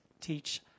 teach